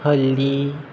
हल्ली